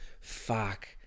Fuck